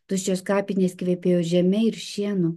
tuščios kapinės kvepėjo žeme ir šienu